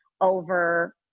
over